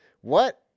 What-